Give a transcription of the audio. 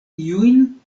iujn